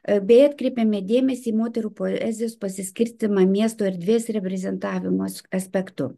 bei atkreipėme dėmesį moterų poezijos pasiskirstyme miesto erdvės reprezentavimo as aspektu